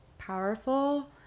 powerful